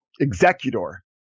executor